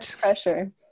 pressure